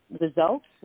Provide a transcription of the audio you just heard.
results